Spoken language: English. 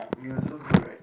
ya sounds good right